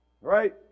Right